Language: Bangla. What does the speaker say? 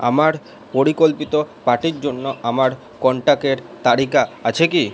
আমার পরিকল্পিত পার্টির জন্য আমার কন্ট্যাক্টের তালিকা আছে কি